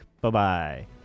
Bye-bye